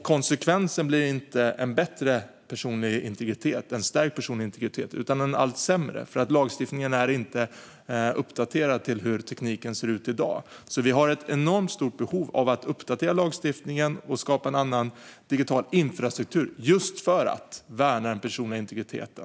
Konsekvensen blir inte en bättre och stärkt personlig integritet utan en allt sämre, för lagstiftningen är inte uppdaterad till hur tekniken ser ut i dag. Vi har ett enormt stort behov av att uppdatera lagstiftningen och skapa en annan digital infrastruktur just för att värna den personliga integriteten.